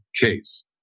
Case